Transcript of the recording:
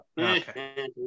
okay